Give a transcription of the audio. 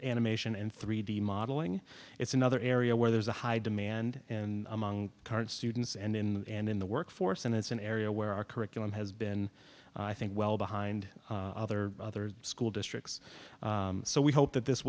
animation and three d modeling it's another area where there's a high demand and among current students and in and in the workforce and it's an area where our curriculum has been i think well behind other other school districts so we hope that this